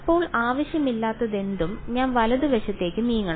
ഇപ്പോൾ ആവശ്യമില്ലാത്തതെന്തും ഞാൻ വലതുവശത്തേക്ക് നീങ്ങണം